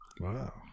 Wow